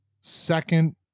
second